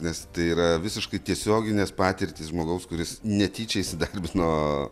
nes tai yra visiškai tiesioginės patirtys žmogaus kuris netyčia įsidarbino